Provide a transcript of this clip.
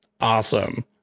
awesome